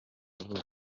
vuba